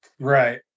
Right